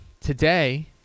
Today